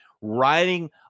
riding